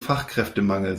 fachkräftemangel